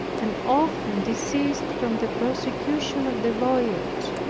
and often desist from the prosecution of the voyage.